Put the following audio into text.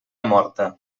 morta